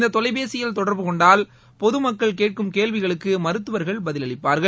இந்தத் தொலைபேசியில் தொடர்பு கொண்டல் பொதுமக்கள் கேட்கும் கேள்விகளுக்கு மருத்துவர்கள் பதிலளிப்பார்கள்